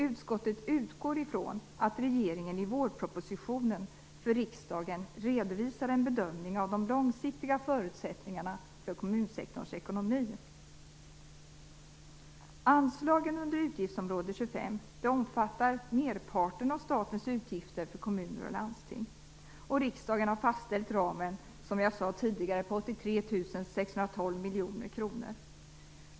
Utskottet utgår ifrån att regeringen i vårpropositionen för riksdagen redovisar en bedömning av de långsiktiga förutsättningarna för kommunsektorns ekonomi. Anslagen under utgiftsområde 25 omfattar merparten av statens utgifter för kommuner och landsting. Riksdagen har fastställt ramen till 83 612 miljoner kronor.